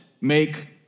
make